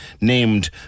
named